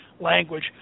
language